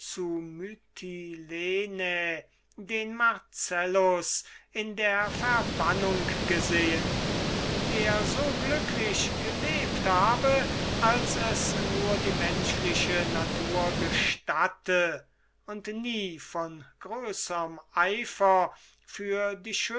den marcellus in der verbannung gesehen der so glücklich gelebt habe als es nur die menschliche natur gestatte und nie von größerm eifer für die